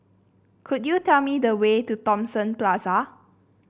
could you tell me the way to Thomson Plaza